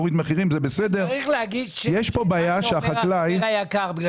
אתה צריך להגיד מי זה החבר היקר בגלל